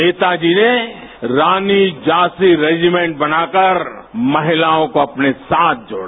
नेताजी ने रानी झांसी रेजीमेंट बनाकर महिलाओं को अपने साथ जोझ